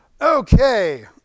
okay